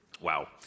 wow